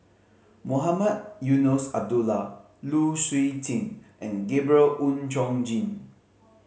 Mohamed Eunos Abdullah Lu Suitin and Gabriel Oon Chong Jin